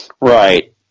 Right